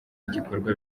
igikorwa